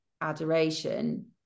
adoration